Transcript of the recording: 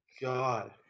God